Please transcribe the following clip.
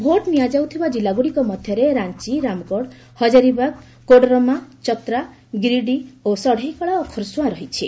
vote ନିଆଯାଉଥିବା ଜିଲ୍ଲାଗୁଡ଼ିକ ମଧ୍ୟରେ ରାଞ୍ଚ ରାମଗଡ଼ ହଜାରିବାଗ କୋଡରମା ଚତ୍ରା ଗିରିଡ଼ି ଓ ଷଢ଼େଇକଳା ଖରସୁଆଁ ରହିଛି